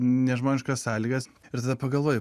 nežmoniškas sąlygas ir tada pagalvoji